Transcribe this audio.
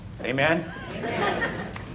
Amen